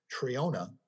Triona